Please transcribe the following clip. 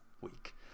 week